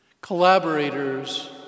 collaborators